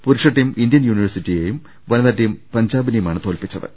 പുരുഷ team Indian യൂണിവേഴ്സിറ്റിയെയും വനിതാ ടീം പഞ്ചാബി നെയുമാണ് തോൽപിച്ചത്